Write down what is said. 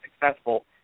successful